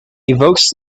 evokes